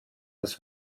das